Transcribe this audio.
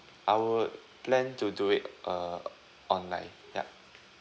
I would plan to do it uh online yup